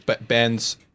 bands